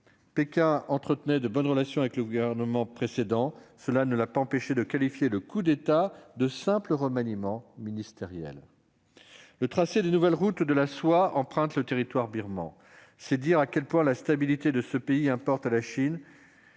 Pékin entretenait de bonnes relations avec le gouvernement précédent, ce qui ne l'a pas empêché de qualifier le coup d'État de simple « remaniement ministériel ». Le tracé des nouvelles routes de la soie emprunte le territoire birman. C'est dire à quel point la stabilité de ce pays, mais non la